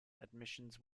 admissions